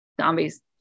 Zombies